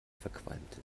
verqualmt